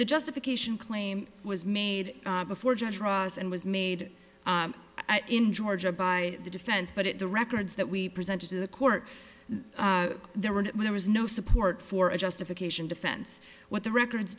the justification claim was made before judge ross and was made in georgia by the defense but at the records that we presented to the court there were there was no support for a justification defense what the records